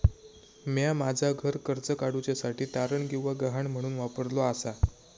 म्या माझा घर कर्ज काडुच्या साठी तारण किंवा गहाण म्हणून वापरलो आसा